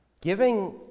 giving